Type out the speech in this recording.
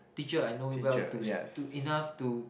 teacher I know you well to to enough to